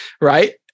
Right